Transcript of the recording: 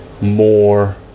more